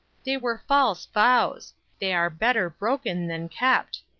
they were false vows they are better broken than kept.